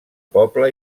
poble